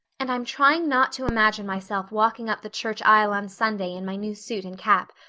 and i'm trying not to imagine myself walking up the church aisle on sunday in my new suit and cap,